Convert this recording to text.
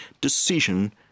decision